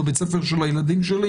בבית הספר של הילדים שלי.